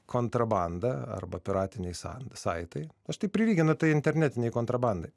kontrabanda arba piratiniais san saitai aš tai prilyginu internetinei kontrabandai